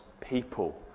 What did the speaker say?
people